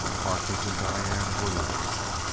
harkness and diane were last.